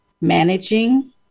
managing